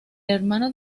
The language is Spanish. hermano